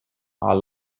are